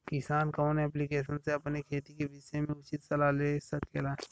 किसान कवन ऐप्लिकेशन से अपने खेती के विषय मे उचित सलाह ले सकेला?